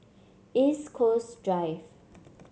East Coast Drive